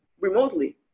remotely